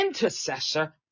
intercessor